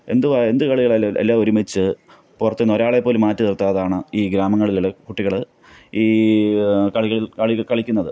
എന്തുവാ എന്തു കളികളാലും എല്ലാം ഒരുമിച്ച് പുറത്തു നിന്ന് ഒരാളെപ്പോലും മാറ്റിനിർത്താതെയാണ് ഈ ഗ്രാമങ്ങളിൽ കുട്ടികൾ ഈ കളികൾ കളി കളിക്കുന്നത്